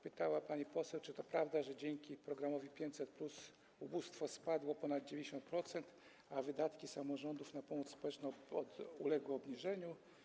Pani poseł pytała, czy to prawda, że dzięki programowi 500+ ubóstwo spadło o ponad 90%, a wydatki samorządów na pomoc społeczną uległy obniżeniu.